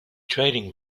trading